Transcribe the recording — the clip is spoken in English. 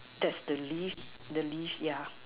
that's the least the least yeah